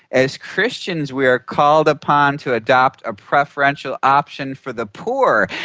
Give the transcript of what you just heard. as christians we are called upon to adopt a preferential option for the poor,